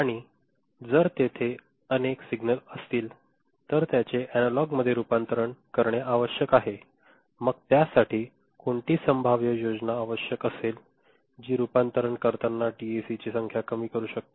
आणि जर तेथे अनेक सिग्नल असतील तर त्याचे एनालॉगमध्ये रूपांतरित करणे आवश्यक आहे मग त्या साठी कोणती संभाव्य योजना आवश्यक असले जी रूपांतरण करतना डीएसीची संख्या कमी करू शकते